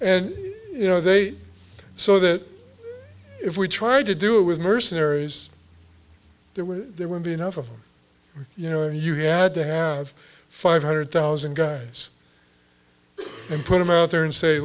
and you know they so that if we tried to do it with mercenaries there were there would be enough of you know you had to have five hundred thousand guys and put them out there and say